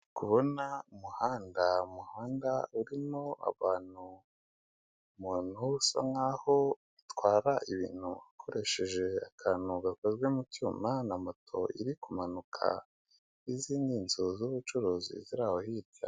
Kubona umuhanda, umuhanda urimo abantu. Umuntu usa nkaho utwara ibintu akoresheje akantu gakozwe mu cyuma na moto iri kumanuka, izi ni inzu z'ubucuruzi ziri aho hirya.